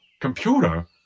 computer